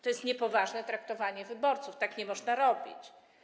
To jest niepoważne traktowanie wyborców, tak nie można robić.